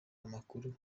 amakuru